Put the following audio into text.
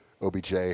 OBJ